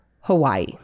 Hawaii